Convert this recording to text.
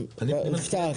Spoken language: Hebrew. ח"כ